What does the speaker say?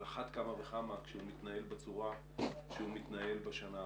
על אחת כמה וכמה כשהוא מתנהל בצורה שהוא מתנהל בשנה האחרונה.